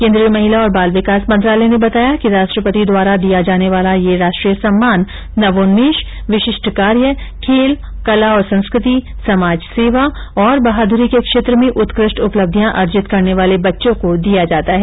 केन्द्रीय महिला और बाल विकास मंत्रालय ने बताया कि राष्ट्रपति द्वारा दिया जाने वाला यह राष्ट्रीय सम्मान नवोन्मेष विशिष्ट कार्य खेल कला और संस्कृति समाज सेवा और बहादुरी के क्षेत्र में उत्कृष्ट उपलब्धियां अर्जित करने वाले बच्चों को दिया जाता है